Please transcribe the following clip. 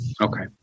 Okay